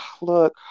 look